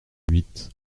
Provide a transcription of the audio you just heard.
huit